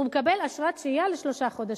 הוא מקבל אשרת שהייה לשלושה חודשים.